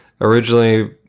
originally